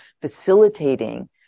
facilitating